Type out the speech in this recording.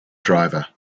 driver